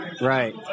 Right